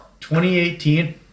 2018